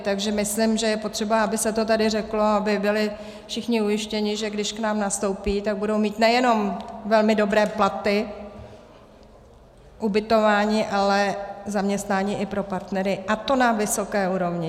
Takže myslím, že je potřeba, aby se to tady řeklo, aby byli všichni ujištěni, že když k nám nastoupí, tak budou mít nejenom velmi dobré platy, ubytování, ale i zaměstnání pro partnery, a to na vysoké úrovni.